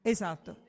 Esatto